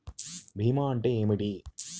భీమా అంటే ఏమిటి?